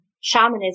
shamanism